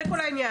זה כל העניין,